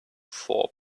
four